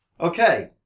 Okay